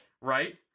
right